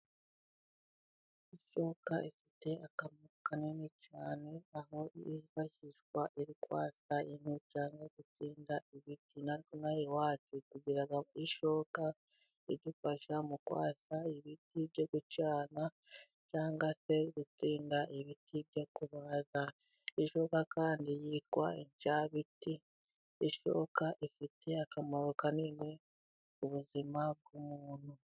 Ishoka ifite akamaro kanini cyane aho yifashishwa iri kwasa inkwi cyangwa gutsinda ibiti. Natwe inaha iwacu tugira tugira ishoka idufasha mu kwasa ibiti byo gucana cyangwa se gutsinda ibiti byo kubaza. Ishoka kandi yitwa indyabiti. Ishoka ifite akamaro kanini ubuzima bw'umuntu.